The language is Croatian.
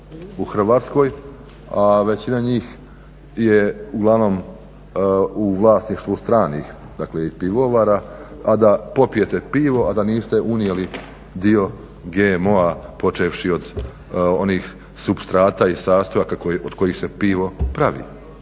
u Hrvatskoj, a većina njih je uglavnom u vlasništvu stranih, dakle i pivovara, a da popijete pivo, a da niste unijeli dio GMO-a počevši od onih supstrata i sastojaka od kojih se pivo pravi